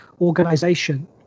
organization